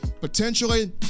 potentially